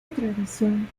tradición